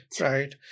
right